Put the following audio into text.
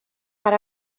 per